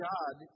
God